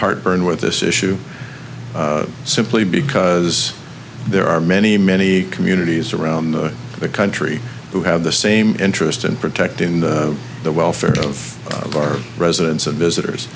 heartburn with this issue simply because there are many many communities around the country who have the same interest in protecting the welfare of our residents and visitors